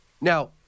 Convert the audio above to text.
Now